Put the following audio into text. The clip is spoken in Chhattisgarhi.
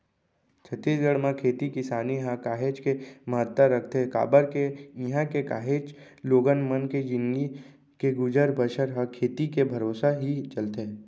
छत्तीसगढ़ म खेती किसानी ह काहेच के महत्ता रखथे काबर के इहां के काहेच लोगन मन के जिनगी के गुजर बसर ह खेती के भरोसा ही चलथे